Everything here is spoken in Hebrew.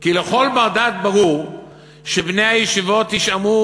כי לכל בר-דעת ברור שבני הישיבות יישמעו